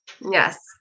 Yes